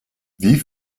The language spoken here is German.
wie